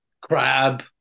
crab